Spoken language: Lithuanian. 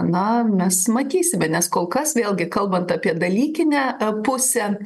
na mes matysime nes kol kas vėlgi kalbant apie dalykinę pusę